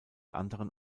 anderen